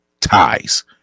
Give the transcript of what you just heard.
ties